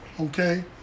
Okay